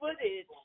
footage